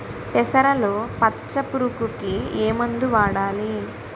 పెసరలో పచ్చ పురుగుకి ఏ మందు వాడాలి?